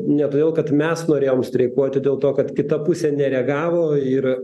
ne todėl kad mes norėjom streikuoti dėl to kad kita pusė nereagavo ir